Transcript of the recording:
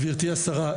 גברתי השרה,